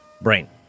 Brain